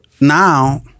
now